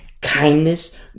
kindness